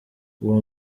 uwo